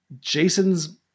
Jason's